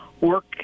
work